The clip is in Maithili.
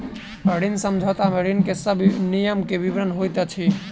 ऋण समझौता में ऋण के सब नियम के विवरण होइत अछि